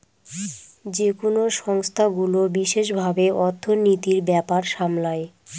যেকোনো সংস্থাগুলো বিশেষ ভাবে অর্থনীতির ব্যাপার সামলায়